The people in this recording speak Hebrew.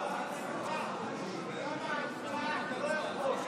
אם תמה ההצבעה אתה לא יכול.